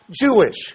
Jewish